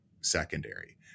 secondary